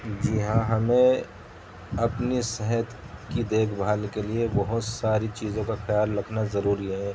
جی ہاں ہمیں اپنے صحت کی دیکھ بھال کے لیے بہت ساری چیزوں کا خیال رکھنا ضروری ہے